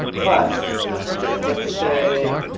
but let's say,